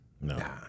No